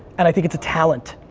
and i think it's a talent.